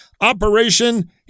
Operation